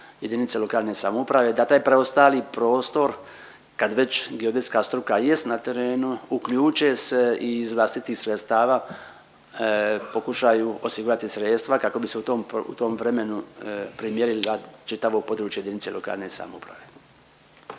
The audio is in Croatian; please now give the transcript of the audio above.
jedinice lokalne samouprave da taj preostali prostor kad već geodetska struka jest na terenu uključe se i iz vlastitih sredstava pokušaju osigurati sredstva kako bi se u tom vremenu primijenili na čitavo područje jedinice lokalne samouprave.